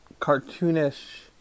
cartoonish